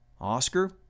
Oscar